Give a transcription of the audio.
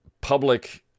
public